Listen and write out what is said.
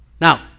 Now